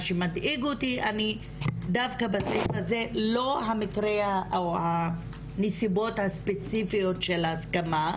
מה שמדאיג אותי דווקא בסעיף הזה הוא לא הנסיבות הספציפיות של ההסכמה,